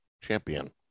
champion